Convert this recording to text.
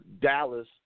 Dallas